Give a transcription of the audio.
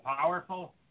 powerful